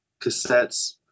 cassettes